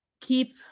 keep